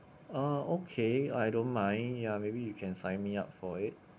uh okay I don't mind ya maybe you can sign me up for it